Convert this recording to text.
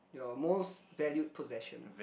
your most valued possession